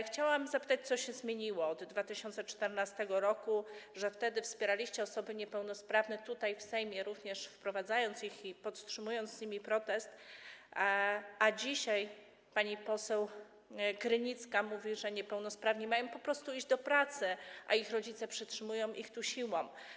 Chciałam zapytać, co się zmieniło od 2014 r., że wtedy wspieraliście osoby niepełnosprawne tutaj, w Sejmie, również wprowadzając ich i podtrzymując ich protest, a dzisiaj pani poseł Krynicka mówi, że niepełnosprawni mają po prostu iść do pracy, a ich rodzice przetrzymują ich tu siłą.